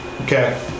Okay